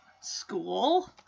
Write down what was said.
school